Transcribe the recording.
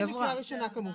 להכין לקריאה ראשונה כמובן.